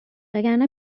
وگرنه